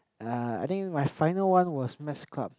uh I think my final one was math club